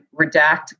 redact